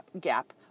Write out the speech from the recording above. gap